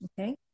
Okay